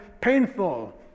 painful